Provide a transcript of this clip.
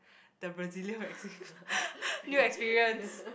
the brazilian waxing new experience